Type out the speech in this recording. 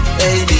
baby